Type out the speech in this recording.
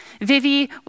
Vivi